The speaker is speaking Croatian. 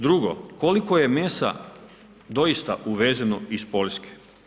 Drugo, koliko je mesa doista uvezeno iz Poljske?